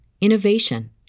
Innovation